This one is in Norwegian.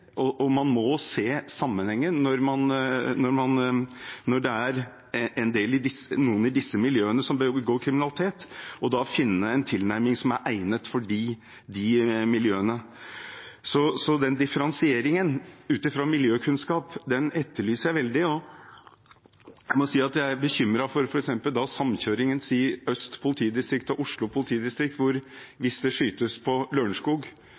og man må se sammenhengen når det er noen i disse miljøene som begår kriminalitet, og da finne en tilnærming som er egnet for de miljøene. Så den differensieringen ut ifra miljøkunnskap etterlyser jeg veldig. Jeg må si at jeg er bekymret for samkjøringen mellom Øst politidistrikt og Oslo politidistrikt. Hvis personer fra Oslo skyter på